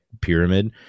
pyramid